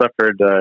suffered